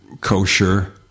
kosher